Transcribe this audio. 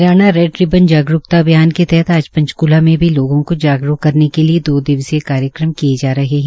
Haryana red ribbon जागरूतका अभियान के तहत आज पंचकूला में भी लोगों को जागरूक करने के लिये दो दिवसीय कार्यक्रम किये जा रहे है